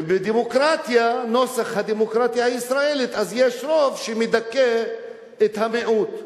ובנוסח הדמוקרטיה הישראלית יש רוב שמדכא את המיעוט.